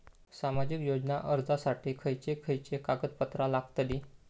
सामाजिक योजना अर्जासाठी खयचे खयचे कागदपत्रा लागतली?